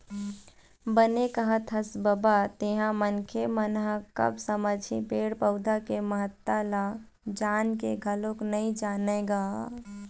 बने कहत हस बबा तेंहा मनखे मन ह कब समझही पेड़ पउधा के महत्ता ल जान के घलोक नइ जानय गा